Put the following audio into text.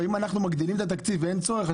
אם אנחנו מגדילים את התקציב ואין צורך,